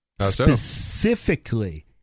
specifically